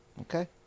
Okay